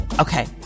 Okay